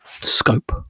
scope